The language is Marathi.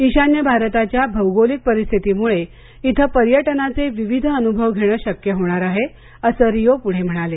ईशान्य भारतच्या भौगोलिक परिस्थीतीमुळे इथं पर्यटनाचे विविध अनुभव घेणं शक्य होणार आहे असं रियो पुढे म्हणाले